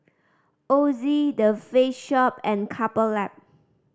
Ozi The Face Shop and Couple Lab